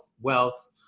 wealth